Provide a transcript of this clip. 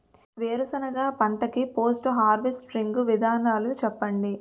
వేరుసెనగ పంట కి పోస్ట్ హార్వెస్టింగ్ విధానాలు చెప్పండీ?